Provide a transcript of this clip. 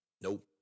Nope